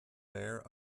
léir